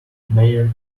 mare